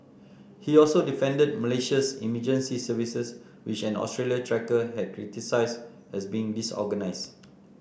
he also defended Malaysia's emergency services which an Australian trekker had criticised as being disorganised